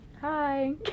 Hi